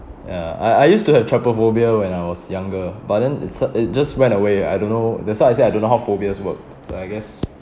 ya I I used to have trypophobia when I was younger but then it su~ it just went away I don't know that's why I said I don't know how phobias work so I guess